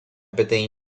peteĩ